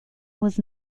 was